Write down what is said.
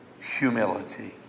humility